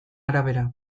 arabera